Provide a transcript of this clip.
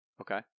Okay